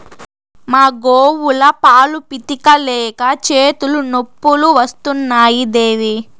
మా గోవుల పాలు పితిక లేక చేతులు నొప్పులు వస్తున్నాయి దేవీ